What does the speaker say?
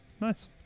nice